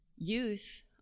youth